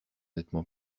nettement